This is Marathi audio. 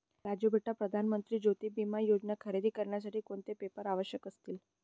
राजू बेटा प्रधान मंत्री ज्योती विमा योजना खरेदी करण्यासाठी कोणते पेपर आवश्यक असतील?